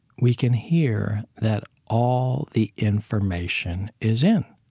we can hear that all the information is in.